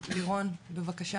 לירון, בבקשה.